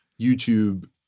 YouTube